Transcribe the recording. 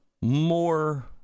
more